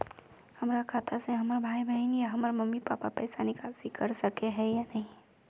हमरा खाता से हमर भाई बहन या हमर मम्मी पापा पैसा निकासी कर सके है या नहीं?